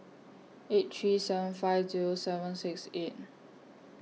eight three seven five Zero seven six eight